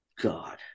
god